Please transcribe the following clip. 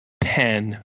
pen